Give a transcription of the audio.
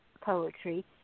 poetry